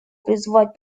призвать